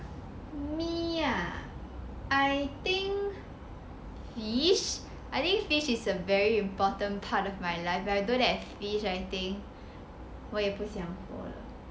me ah fish I think fish is a very important part of my life if I don't have fish or anything 我也不想活了